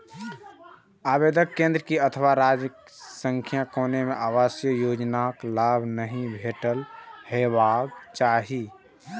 आवेदक कें केंद्र अथवा राज्य सं कोनो आवासीय योजनाक लाभ नहि भेटल हेबाक चाही